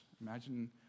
Imagine